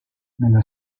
nella